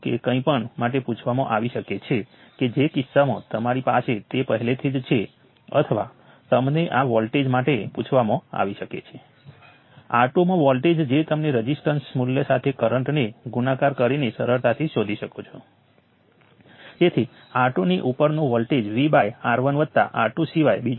તે તારણ આપે છે કે આ વધુ મુશ્કેલ ભાગ છે અને આના પછી તમે આના ઉકેલમાંથી દરેક વસ્તુની ગણતરી કરી શકો છો અને આની અંદર તમે કિર્ચોફ વોલ્ટેજ લૉનો પણ સ્પષ્ટ પણે ઉપયોગ કરી શકો છો